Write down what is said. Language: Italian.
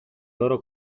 loro